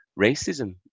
racism